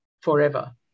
forever